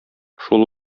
шул